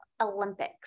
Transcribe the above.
olympics